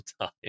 time